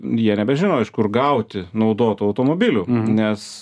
jie nebežino iš kur gauti naudotų automobilių nes